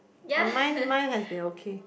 ya mine mine has been okay